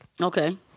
Okay